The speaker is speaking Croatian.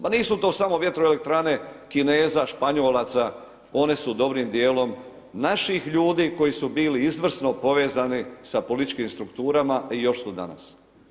Ma nisu to samo vjetroelektrane Kineza, Španjolaca, one su dobrim dijelom naših ljudi koji su bili izvrsno povezani sa političkim strukturama i još su danas.